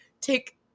take